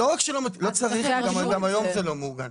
לא צריך, גם היום זה לא מעוגן.